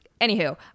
anywho